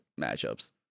matchups